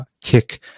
kick